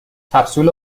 کپسول